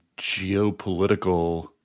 geopolitical